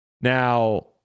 Now